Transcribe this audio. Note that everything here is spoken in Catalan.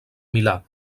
milà